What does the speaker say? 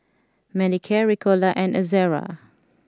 Manicare Ricola and Ezerra